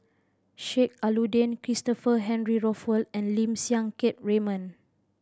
Sheik Alau'ddin Christopher Henry Rothwell and Lim Siang Keat Raymond